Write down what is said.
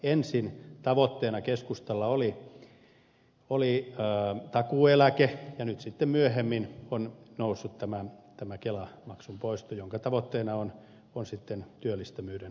ensin tavoitteena keskustalla oli takuueläke ja nyt sitten myöhemmin on noussut tämä kelamaksun poisto jonka tavoitteena on työllistävyyden parantaminen